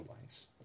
lines